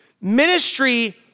Ministry